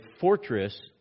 fortress